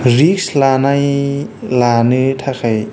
रिक्स लानाय लानो थाखाय